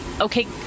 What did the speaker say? okay